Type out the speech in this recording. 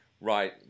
Right